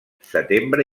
setembre